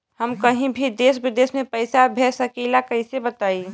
हम कहीं भी देश विदेश में पैसा भेज सकीला कईसे बताई?